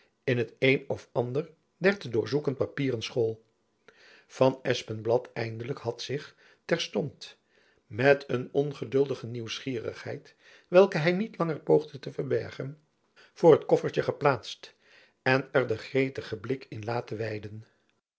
in het een of ander der te doorzoeken papieren school van espenblad eindelijk had zich jacob van lennep elizabeth musch terstond met een ongeduldige nieuwsgierigheid welke hy niet langer poogde te verbergen voor het koffertjen geplaatst en er den gretigen blik in laten weiden